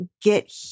get